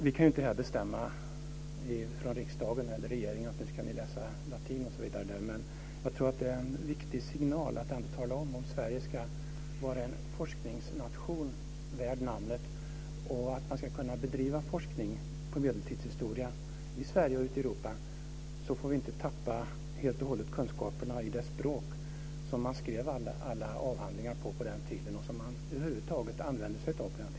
Vi kan inte härifrån riksdagen eller regeringen bestämma att eleverna ska läsa latin. Men det är en viktig signal att tala om att Sverige ska vara en forskningsnation värd namnet. Om man ska kunna bedriva forskning om medeltidshistoria i Sverige och ute i Europa får vi inte helt och hållet tappa kunskaperna i det språk som man skrev alla avhandlingar på och använde sig av över huvud taget under den tiden.